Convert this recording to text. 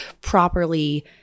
properly